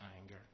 anger